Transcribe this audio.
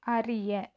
அறிய